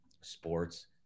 Sports